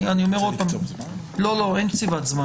אני לא קוצב זמן